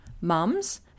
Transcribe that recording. mums